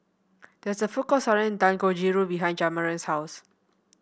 there is a food court selling Dangojiru behind Jamarion's house